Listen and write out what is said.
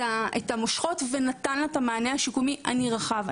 את המושכות ונתן לה את המענה השיקומי הנרחב.